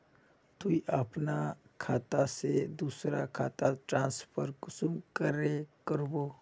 तुई अपना खाता से दूसरा खातात ट्रांसफर कुंसम करे करबो?